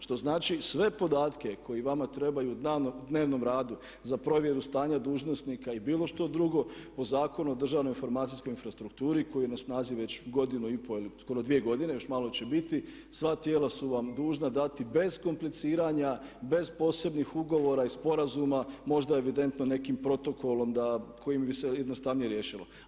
Što znači sve podatke koji vama trebaju u dnevnom radu za provjeru stanja dužnosnika i bilo što drugo po Zakonu o državnoj informacijskoj infrastrukturi koja je na snazi već godinu i pol, skoro dvije godine, još malo će biti, sva tijela su vam dužna dati bez kompliciranja, bez posebnih ugovora i sporazuma, možda evidentno nekim protokolom kojim bi se jednostavnije riješilo.